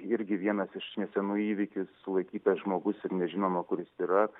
irgi vienas iš nesenų įvykių sulaikytas žmogus ir nežinoma kuris jis yra